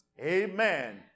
amen